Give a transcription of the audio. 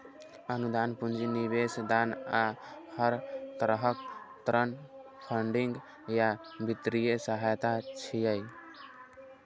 अनुदान, पूंजी निवेश, दान आ हर तरहक ऋण फंडिंग या वित्तीय सहायता छियै